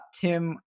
Tim